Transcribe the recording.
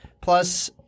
Plus